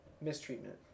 Mistreatment